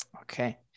Okay